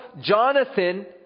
Jonathan